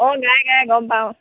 অঁ গায় গায় গম পাওঁ